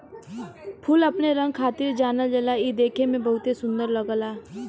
फूल अपने रंग खातिर जानल जाला इ देखे में बहुते सुंदर लगला